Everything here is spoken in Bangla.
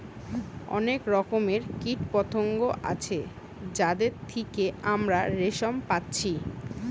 অনেক রকমের কীটপতঙ্গ আছে যাদের থিকে আমরা রেশম পাচ্ছি